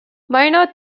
minor